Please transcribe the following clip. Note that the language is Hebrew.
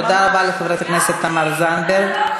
תודה רבה לחברת הכנסת תמר זנדברג.